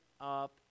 up